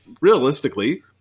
realistically